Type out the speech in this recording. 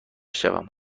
شوم